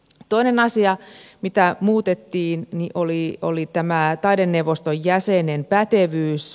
toinen asia mitä muutettiin oli taideneuvoston jäsenen pätevyys